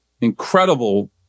incredible